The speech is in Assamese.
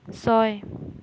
ছয়